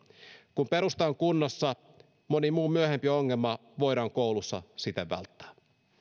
kun perusta on kunnossa moni muu myöhempi ongelma voidaan koulussa siten välttää